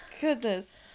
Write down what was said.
goodness